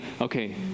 okay